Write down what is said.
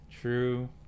True